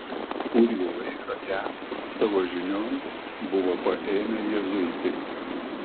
kurį laiką ją savo žinion buvo paėmę jėzuitai